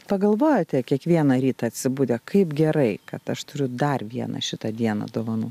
pagalvojate kiekvieną rytą atsibudę kaip gerai kad aš turiu dar vieną šitą dieną dovanų